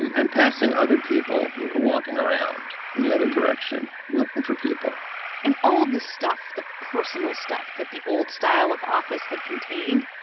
and and passing other people who were walking around in the other direction looking for people and, all of this stuff, the personal stuff that the old style of office had contained,